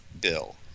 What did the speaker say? bill